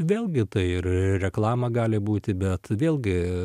vėlgi tai ir reklama gali būti bet vėlgi